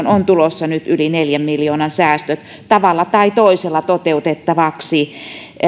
on tulossa nyt yli neljän miljoonan säästöt tavalla tai toisella toteutettavaksi